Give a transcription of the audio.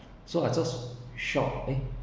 so I just shocked eh